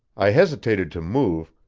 i hesitated to move,